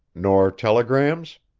nor telegrams?